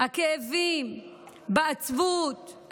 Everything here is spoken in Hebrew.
הכאבים בעצבות,